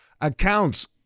accounts